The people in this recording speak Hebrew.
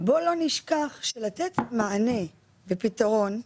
בואו לא נשכח שלתת מענה ופתרון,